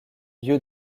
lieu